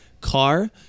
Car